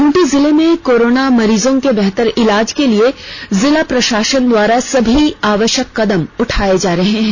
खूंटी जिले में कोरोना मरीजों के बेहतर इलाज के लिए जिला प्रशासन द्वारा सभी आवश्यक कदम दठाए जा रहे हैं